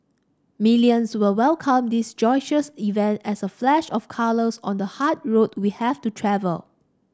millions will welcome this joyous event as a flash of colours on the hard road we have to travel